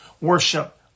worship